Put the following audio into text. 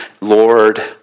Lord